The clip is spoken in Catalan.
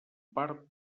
part